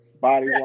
body